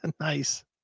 Nice